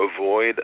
avoid